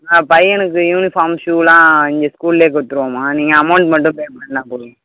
ஆ பையனுக்கு யூனிஃபார்ம் ஷூவெலாம் இங்கே ஸ்கூலிலே கொடுத்துருவோம்மா நீங்கள் அமௌண்ட் மட்டும் பே பண்ணால் போதும்